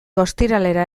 ostiralera